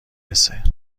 رسه